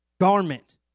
garment